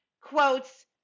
quotes